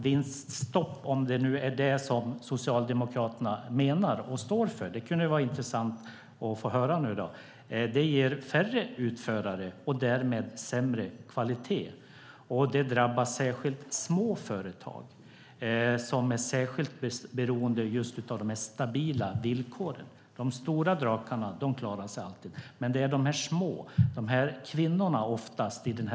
Vinststopp, om det nu är det som Socialdemokraterna menar och står för - det kunde vara intressant att få höra om det är så - ger färre utförare och därmed sämre kvalitet. Det drabbar särskilt små företag som är beroende just av stabila villkor. De stora drakarna klarar sig alltid, men de små företagen måste ges möjligheter för att klara sig.